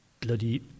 bloody